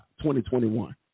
2021